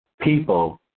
people